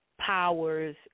powers